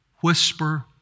whisper